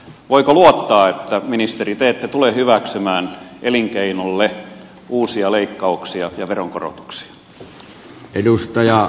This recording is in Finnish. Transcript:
voiko luottaa että ministeri te ette tule hyväksymään elinkeinolle uusia leikkauksia ja veronkorotuksia